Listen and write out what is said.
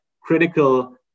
critical